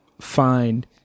find